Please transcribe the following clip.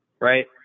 Right